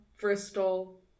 Bristol